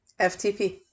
FTP